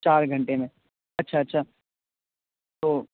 چار گھنٹے میں اچھا اچھا تو